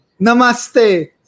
Namaste